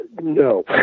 no